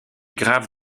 grave